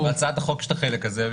בהצעת החוק יש את החלק הזה.